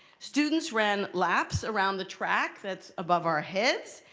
students ran laps around the track that's above our heads.